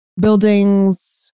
buildings